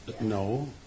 No